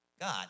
God